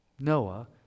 Noah